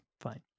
Fine